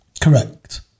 Correct